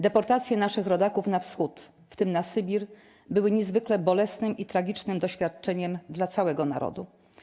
Deportacje naszych rodaków na Wschód, w tym na Sybir były niezwykle bolesnym i tragicznym doświadczeniem dla całego Narodu.